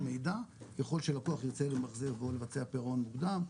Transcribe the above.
מידע ככל שלקוח ירצה למחזר ו/או לבצע פירעון מוקדם,